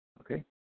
okay